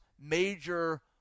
major